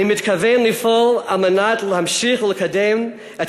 אני מתכוון לפעול על מנת להמשיך ולקדם את